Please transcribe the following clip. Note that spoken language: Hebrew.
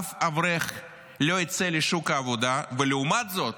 אף אברך לא ייצא לשוק העבודה, ולעומת זאת